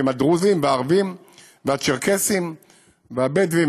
הדרוזיים והערביים והצ'רקסיים והבדואיים,